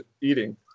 eating